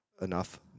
enough